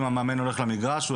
אם המאמן הולך למגרש,